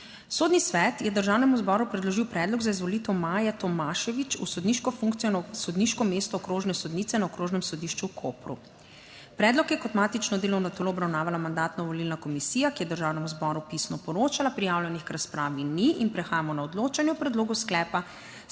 Sodni svet je Državnemu zboru predložil predlog za izvolitev Maje Tomašević v sodniško funkcijo na sodniško mesto Okrožne sodnice na Okrožnem sodišču v Kopru. Predlog je kot matično delovno telo obravnavala Mandatno-volilna komisija, ki je Državnemu zboru pisno poročala. Prijavljenih k razpravi ni in prehajamo na odločanje o predlogu sklepa,